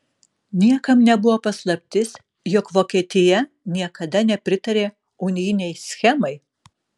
niekam nebuvo paslaptis jog vokietija niekada nepritarė unijinei schemai